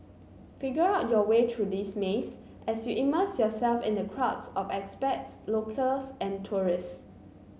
figure out your way through this maze as you immerse yourself in the crowds of expats locals and tourists